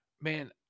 man